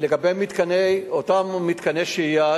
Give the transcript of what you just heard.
לגבי אותם מתקני שהייה,